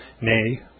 nay